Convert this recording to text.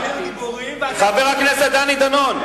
החיילים הם גיבורים, חבר הכנסת דני דנון,